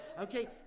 okay